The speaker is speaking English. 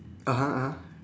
(uh huh) (uh huh)